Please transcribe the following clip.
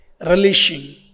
relishing